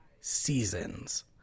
seasons